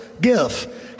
Give